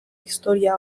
historia